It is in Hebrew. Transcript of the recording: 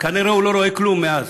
כנראה הוא לא רואה כלום מאז.